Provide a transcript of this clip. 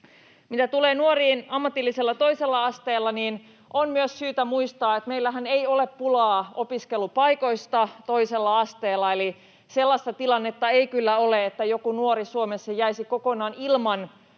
Mitä tulee nuoriin ammatillisella toisella asteella, niin on myös syytä muistaa, että meillähän ei ole pulaa opiskelupaikoista toisella asteella. Eli sellaista tilannetta ei kyllä ole, että joku nuori Suomessa jäisi kokonaan ilman